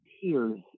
tears